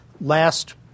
Last